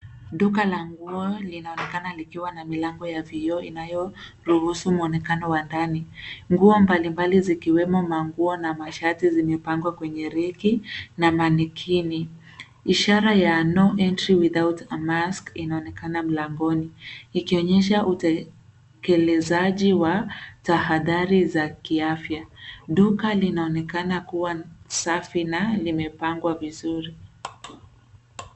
Duka la nguo linaonekana likiwa na milango wa vioo inayoruhusu muonekano wa ndani. Nguo mbalimbali zikiwemo manguo na mashati zimepangwa kwenye reki na manikini. Ishara ya "NO ENTRY WITHOUT A MASK" inaonekana mlangoni ikionyesha utekelezaji wa tahadhari za kiafya. Duka linaonekana kuwa safi na limepangwa vizuri.